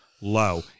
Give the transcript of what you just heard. low